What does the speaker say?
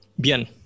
bien